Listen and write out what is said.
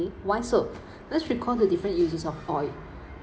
why so let's recall the different uses of oil